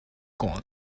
gone